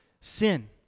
sin